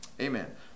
Amen